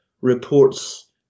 reports